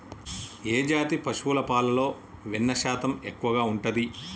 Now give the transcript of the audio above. ఏ జాతి పశువుల పాలలో వెన్నె శాతం ఎక్కువ ఉంటది?